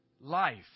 Life